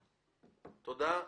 תודה.